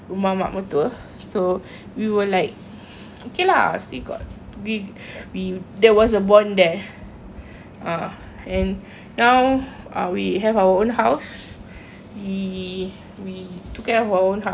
okay lah still got we we there was a bond there ha and now uh we have our own house we we took care of our own house we're happy and then